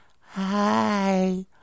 hi